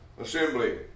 assembly